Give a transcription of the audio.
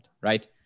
right